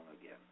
again